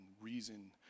reason